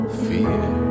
fear